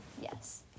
Yes